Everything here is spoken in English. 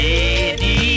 Lady